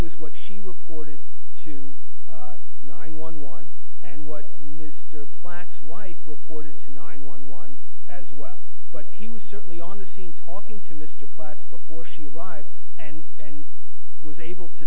was what she reported to nine one one and what mr platts wife reported to nine one one as well but he was certainly on the scene talking to mr platts before she arrived and was able to